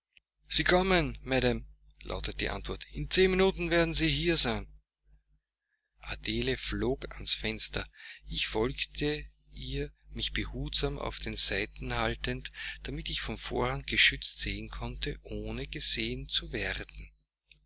sie kommen madam lautete die antwort in zehn minuten werden sie hier sein adele flog ans fenster ich folgte ihr mich behutsam auf der seite haltend damit ich vom vorhang geschützt sehen konnte ohne gesehen zu werden